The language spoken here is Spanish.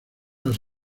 las